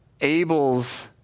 Abel's